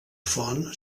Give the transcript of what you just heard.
font